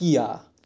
Kia